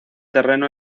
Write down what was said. terreno